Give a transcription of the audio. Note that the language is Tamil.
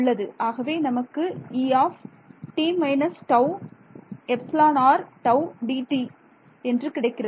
ஆகவே நமக்கு Et − τ εrτ dτ என்று கிடைக்கிறது